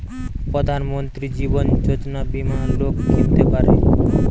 প্রধান মন্ত্রী জীবন যোজনা বীমা লোক কিনতে পারে